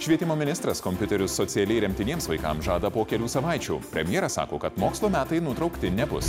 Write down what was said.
švietimo ministras kompiuterius socialiai remtiniems vaikams žada po kelių savaičių premjeras sako kad mokslo metai nutraukti nebus